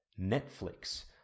Netflix